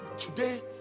Today